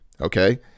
okay